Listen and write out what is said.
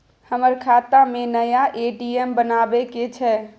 हमर खाता में नया ए.टी.एम बनाबै के छै?